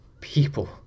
people